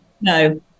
No